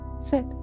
Sit